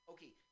Okay